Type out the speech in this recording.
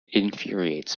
infuriates